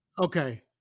okay